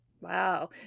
wow